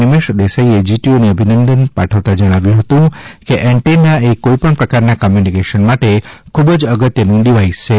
નિમેષ દેસાઇએ જીટીયુને અભિનંદન પાઠવત જણાપ્યું હતું કે એન્ટોન એ કોઇ પણ પ્રકારન કમ્યુનિકેશન માટે ખુબ જ અગત્યનું ડિવાઇસ છે